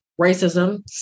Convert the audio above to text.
racism